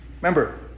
Remember